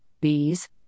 bees